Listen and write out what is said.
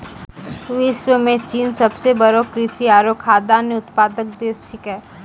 विश्व म चीन सबसें बड़ो कृषि आरु खाद्यान्न उत्पादक देश छिकै